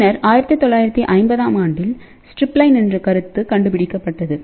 பின்னர் 1950 ஆம் ஆண்டில் ஸ்ட்ரிப்லைன் என்ற கருத்து கண்டுபிடிக்கப்பட்டது